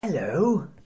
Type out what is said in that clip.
Hello